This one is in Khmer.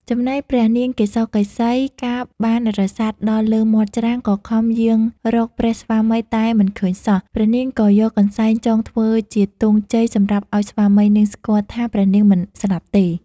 ចំណែកព្រះនាងកេសកេសី កាលបានរសាត់ដល់លើមាត់ច្រាំង ក៏ខំយាងរកព្រះស្វាមីតែមិនឃើញសោះ ព្រះនាងក៏យកកន្សែងចងធ្វើជាទង់ជ័យសម្រាប់ឲ្យស្វាមីនាងស្គាល់ថា ព្រះនាងមិនស្លាប់ទេ។